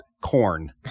corn